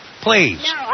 Please